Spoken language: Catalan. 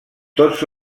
tots